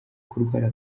kurwara